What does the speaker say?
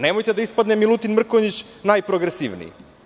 Nemojte da ispadne Milutin Mrkonjić najprogresivniji.